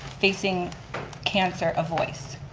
facing cancer, a voice.